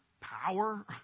power